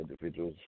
individuals